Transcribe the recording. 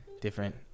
different